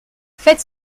faites